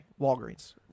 walgreens